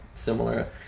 similar